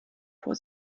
vor